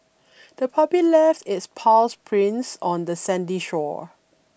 the puppy left its paws prints on the sandy shore